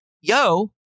yo